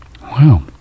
Wow